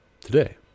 today